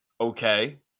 okay